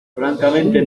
francamente